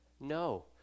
No